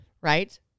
right